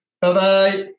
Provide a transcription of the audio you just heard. Bye-bye